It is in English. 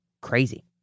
crazy